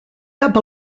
cap